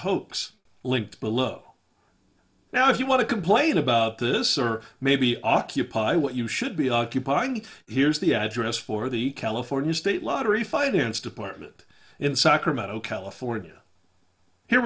hoax linked below now if you want to complain about this or maybe occupy what you should be occupying here's the address for the california state lottery fight against department in sacramento california here